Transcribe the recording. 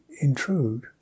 intrude